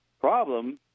Problem